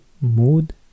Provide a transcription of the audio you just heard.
Mood